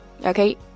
Okay